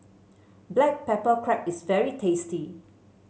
Black Pepper Crab is very tasty